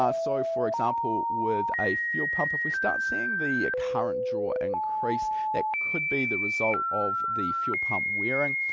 ah so for example with a fuel pump, if we start seeing the current draw increase, that could be the result of the fuel pump wearing.